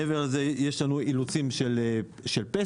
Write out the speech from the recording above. מעבר לזה יש אילוצים של פסח,